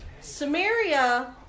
Samaria